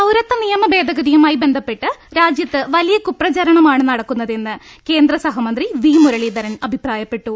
പൌരത്വ നിയമഭേദഗതിയുമായി ബന്ധപ്പെട്ട് രാജ്യത്ത് വലിയ കുപ്രചാരണമാണ് നടക്കുന്നതെന്ന് കേന്ദ്രസഹമന്ത്രി വി മുരളീധ രൻ അഭിപ്രായപ്പെട്ടു